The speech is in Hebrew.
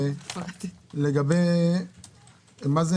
מה זה